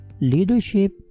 leadership